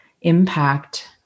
impact